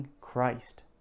Christ